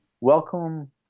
welcome